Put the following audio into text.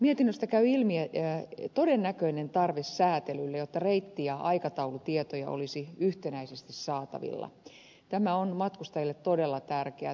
mietinnöstä käy ilmi että todennäköinen tarve säätelylle jotta reitti ja aikataulutietoja olisi yhtenäisesti saatavilla on matkustajille todella tärkeää